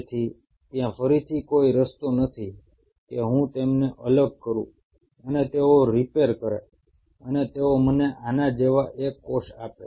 તેથી ત્યાં ફરીથી કોઈ રસ્તો નથી કે હું તેમને અલગ કરું અને તેઓ રિપેર કરે અને તેઓ મને આના જેવા એક કોષ આપે